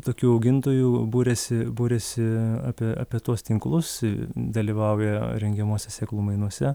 tokių augintojų buriasi buriasi apie apie tuos tinklus dalyvauja rengiamose sėklų mainose